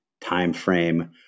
timeframe